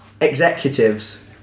executives